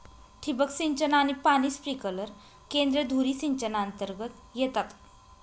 ठिबक सिंचन आणि पाणी स्प्रिंकलर केंद्रे धुरी सिंचनातर्गत येतात